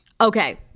Okay